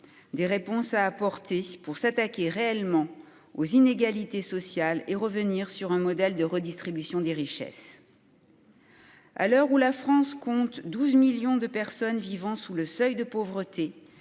des réponses à apporter pour s'attaquer réellement aux inégalités sociales et revenir à un modèle de redistribution des richesses. À l'heure où la France compte 12 millions de personnes vivant sous le seuil de pauvreté,